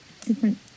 different